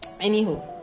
Anywho